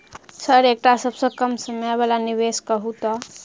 Sir एकटा सबसँ कम समय वला निवेश कहु तऽ?